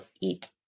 eat